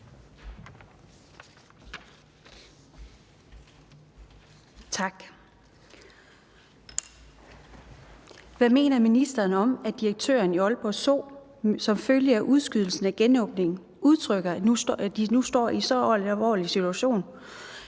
Hvad mener ministeren om, at direktøren for Aalborg Zoo som følge af udskydelsen af genåbningen udtrykker, at de nu står i en så alvorlig økonomisk